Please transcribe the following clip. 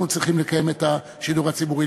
אנחנו צריכים לקיים את השידור הציבורי.